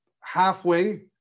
halfway